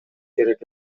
керек